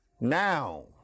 Now